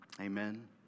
Amen